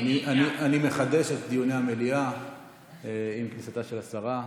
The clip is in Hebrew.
אני כרגע מוציא את המליאה להפסקה עד לכניסתו של שר תורן.